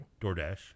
DoorDash